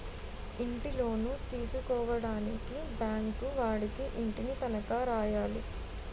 ఇంటిలోను తీసుకోవడానికి బ్యాంకు వాడికి ఇంటిని తనఖా రాయాలి